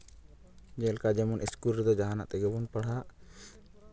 ᱡᱮᱞᱮᱠᱟ ᱡᱮᱢᱚᱱ ᱤᱥᱠᱩᱞ ᱨᱮᱫᱚ ᱡᱟᱦᱟᱱᱟᱜ ᱛᱮᱜᱮ ᱵᱚᱱ ᱯᱟᱲᱦᱟᱜ